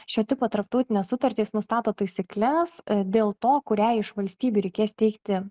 šio tipo tarptautinės sutartys nustato taisykles dėl to kuriai iš valstybių reikės teikti